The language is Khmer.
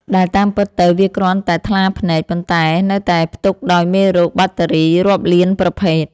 ដែលតាមពិតទៅវាគ្រាន់តែថ្លាភ្នែក ប៉ុន្តែនៅតែផ្ទុកដោយមេរោគបាក់តេរីរាប់លានប្រភេទ។